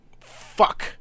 Fuck